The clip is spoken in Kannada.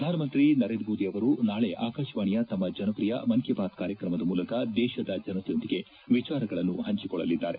ಪ್ರಧಾನಮಂತ್ರಿ ನರೇಂದ್ರ ಮೋದಿ ಅವರು ನಾಳೆ ಆಕಾಶವಾಣಿಯ ತಮ್ಮ ಜನಪ್ರಿಯ ಮನ್ ಕಿ ಬಾತ್ ಕಾರ್ಯಕ್ರಮದ ಮೂಲಕ ದೇಶದ ಜನತೆಯೊಂದಿಗೆ ವಿಚಾರಗಳನ್ನು ಹಂಚಿಕೊಳ್ಳಲಿದ್ದಾರೆ